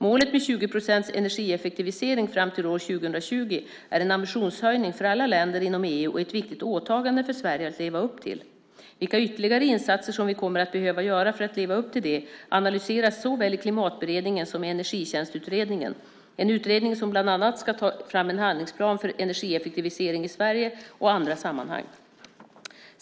Målet med 20 procents energieffektivisering fram till år 2020 är en ambitionshöjning för alla länder inom EU och ett viktigt åtagande för Sverige att leva upp till. Vilka ytterligare insatser som vi kommer att behöva göra för att leva upp till det analyseras såväl i Klimatberedningen som i Energitjänsteutredningen - en utredning som bland annat ska ta fram en handlingsplan för energieffektivisering i Sverige - och i andra sammanhang.